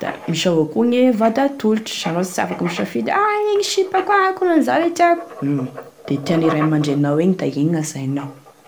da misy avao koa gne vady atolotry, anao sy afaky misafidy ah igny sipako a akonanizao e tiako, hum de tiane ray aman-dreninao igny da igny e ajainao.